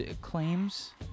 claims